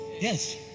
Yes